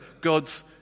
God's